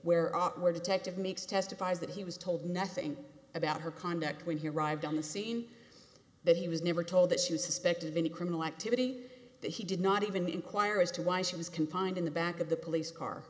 are where detective meeks testifies that he was told nothing about her conduct when he arrived on the scene but he was never told that she was suspected of any criminal activity that he did not even the inquire as to why she was confined in the back of the police car